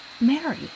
Mary